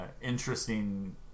interesting